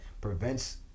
prevents